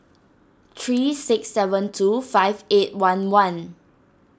three six seven two five eight one one